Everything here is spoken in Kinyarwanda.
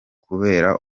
kubera